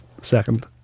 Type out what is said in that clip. Second